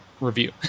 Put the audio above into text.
review